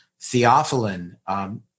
theophylline